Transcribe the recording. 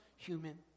human